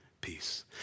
peace